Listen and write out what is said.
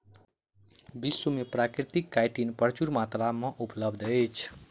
विश्व में प्राकृतिक काइटिन प्रचुर मात्रा में उपलब्ध अछि